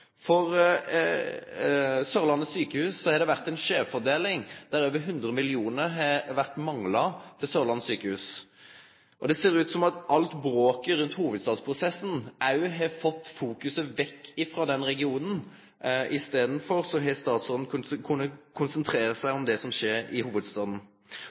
Sørlandet sykehus har det vore ei skeivfordeling, der over 100 mill. kr har mangla. Og det ser ut som om alt bråket rundt hovudstadsprosessen har fått fokuset vekk frå den regionen. I staden har statsråden kunna konsentrere seg om det som skjer i hovudstaden.